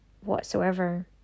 whatsoever